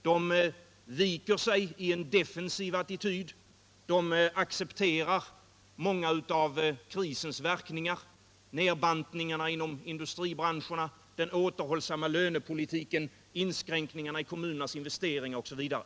De viker sig i en defensiv attityd, de accepterar många av krisens verkningar — nedbantningar inom industribranscher, den återhållsamma lönepolitiken, inskränkningar i kommunernas investeringar osv.